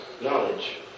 knowledge